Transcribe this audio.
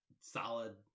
solid